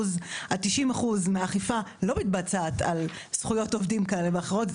ש-90%-80% מהאכיפה לא מתבצעת על זכויות עובדים כאלה ואחרות.